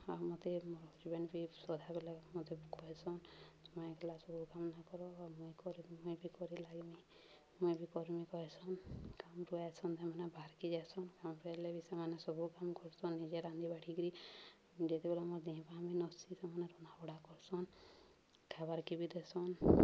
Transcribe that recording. ଆଉ ମୋତେ ମୋର୍ ହଜବେଣ୍ଡ ବି ସଧାବେଲେ ମୋତେ କହେସନ୍ ନଁଗଲାା ସବୁ କାମ୍ ନା କର ଆଉ ମୁଇଁ କରି ମୁଇଁ ବି କରି ଲାଗିମି ମୁଇଁ ବି କର୍ମି କହେସନ୍ କାମ୍ରୁୁ ଆଏସନ୍ ସେମାନେ ବାହାରକି ଯାଏସନ୍ କାମ୍ରେ ହେଲେ ବି ସେମାନେ ସବୁ କାମ୍ କର୍ସନ୍ ନିଜେ ରାନ୍ଧିବାଢ଼ିକିରି ଯେତେବେଲେ ମୋ ନସି ସେମାନେ ରନ୍ଧାବଢ଼ା କରସନ୍ ଖବାର୍କେ ବି ଦେସନ୍